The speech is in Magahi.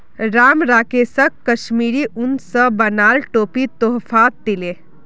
राम राकेशक कश्मीरी उन स बनाल टोपी तोहफात दीले